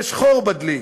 יש חור בדלי.